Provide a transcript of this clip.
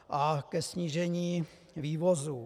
A ke snížení vývozů.